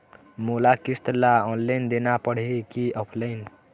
मोला किस्त ला ऑनलाइन देना पड़ही की ऑफलाइन?